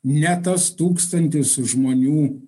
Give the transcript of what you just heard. ne tas tūkstantis žmonių